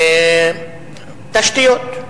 תשתיות.